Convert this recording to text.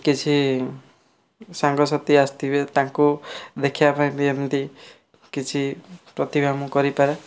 କିଛି ସାଙ୍ଗସାଥି ଆସିଥିବେ ତାଙ୍କୁ ଦେଖିଵା ପାଇଁ ବି ଏମିତି କିଛି ପ୍ରତିଭା ମୁଁ କରିପାରେ